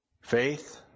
faith